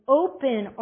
open